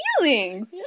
feelings